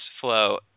flow